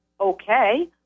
okay